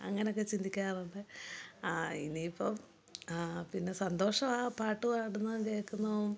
അങ്ങനൊക്കെ ചിന്തിക്കാറുണ്ട് ഇനി ഇപ്പോള് പിന്നെ സന്തോഷമാണു പാട്ട് പാടുന്നതും കേള്ക്കുന്നവും